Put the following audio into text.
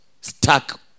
stuck